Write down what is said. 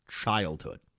childhood